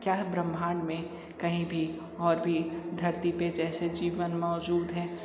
क्या ब्रह्मांड में कहीं भी और भी धरती पे जैसे जीवन मौजूद हैं